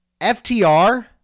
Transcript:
FTR